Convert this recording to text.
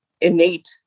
innate